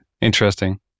Interesting